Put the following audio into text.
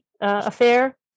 affair